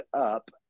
up